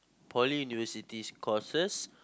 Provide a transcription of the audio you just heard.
Poly University's courses